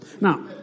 Now